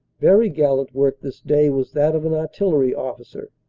very gallant work this day was that of an artillery officer,